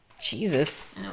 Jesus